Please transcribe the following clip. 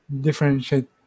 differentiate